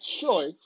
choice